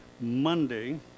Monday